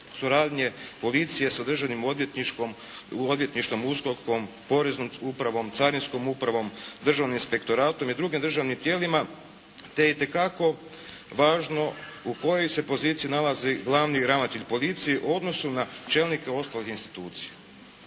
suradnje policije sa državnim odvjetništvom, USKOK-om, poreznom upravom, carinskom upravom, državnim inspektoratom i drugim državnim tijelima te je itekako važno u kojoj se poziciji nalazi glavni ravnatelj policije u odnosu na čelnike ostalih institucija.